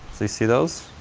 see see those?